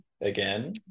again